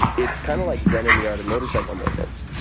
it's kind of like zen and the art of motorcycle maintenance,